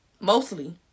Mostly